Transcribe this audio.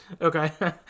Okay